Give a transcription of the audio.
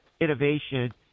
innovation